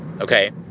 okay